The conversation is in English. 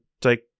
take